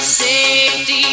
safety